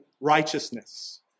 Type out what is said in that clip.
righteousness